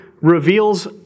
reveals